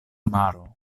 maro